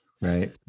right